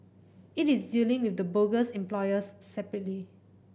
it is dealing with the bogus employers separately